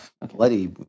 Bloody